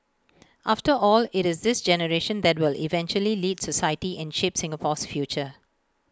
after all IT is this generation that will eventually lead society and shape Singapore's future